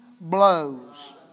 blows